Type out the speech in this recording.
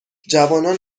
جوانان